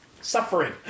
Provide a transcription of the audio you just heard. suffering